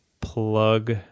plug